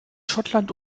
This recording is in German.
schottland